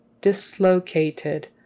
dislocated